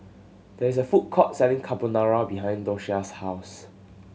there is a food court selling Carbonara behind Doshia's house